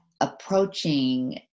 approaching